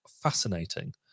fascinating